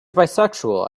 bisexual